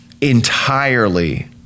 entirely